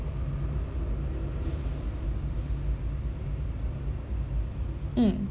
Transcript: mm